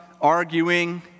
arguing